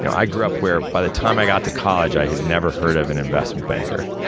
you know i grew up where, by the time i got to college, i had never heard of an investment banker.